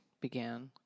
began